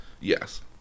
yes